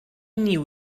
new